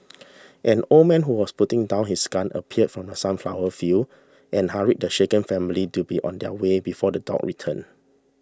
an old man who was putting down his gun appeared from the sunflower fields and hurried the shaken family to be on their way before the dogs return